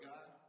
God